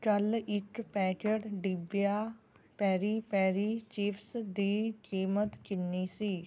ਕੱਲ੍ਹ ਇੱਕ ਪੈਕੇਟ ਡਿਬਿਹਾ ਪੈਰੀ ਪੈਰੀ ਚਿਪਸ ਦੀ ਕੀਮਤ ਕਿੰਨੀ ਸੀ